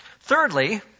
Thirdly